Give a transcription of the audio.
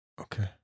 Okay